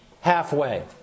halfway